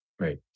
Right